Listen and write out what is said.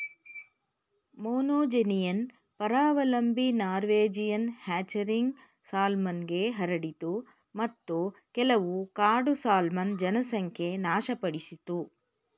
monogenean ಪರಾವಲಂಬಿ Norwegian ಹ್ಯಾಚರಿಂದ ಸಾಲ್ಮನ್ಗೆ ಹರಡಿತು ಮತ್ತು ಕೆಲವು ಕಾಡು ಸಾಲ್ಮನ್ ಜನಸಂಖ್ಯೆ ನಾಶಪಡಿಸಿತು